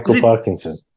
Parkinson